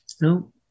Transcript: No